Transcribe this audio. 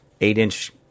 eight-inch